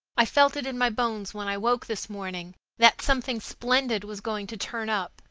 i felt it in my bones when i woke this morning that something splendid was going to turn up.